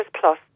Plus